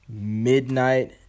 midnight